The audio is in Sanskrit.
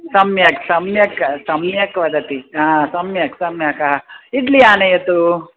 सम्यक् सम्यक् सम्यक् वदति आ सम्यक् सम्यक् ह इड्लि आनयतु